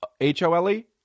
H-O-L-E